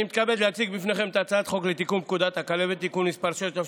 אני מתכבד להציג בפניכם את הצעת חוק לתיקון פקודת הכלבת (תיקון מס' 6),